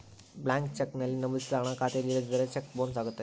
blank cheque ನಲ್ಲಿ ನಮೋದಿಸಿದ ಹಣ ಖಾತೆಯಲ್ಲಿ ಇಲ್ಲದಿದ್ದರೆ ಚೆಕ್ ಬೊನ್ಸ್ ಅಗತ್ಯತೆ